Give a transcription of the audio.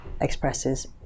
expresses